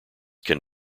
can